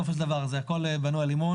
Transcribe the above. כל זה בנוי על אמון.